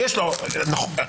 אגב,